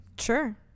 sure